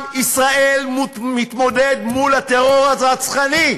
עם ישראל מתמודד מול הטרור הרצחני.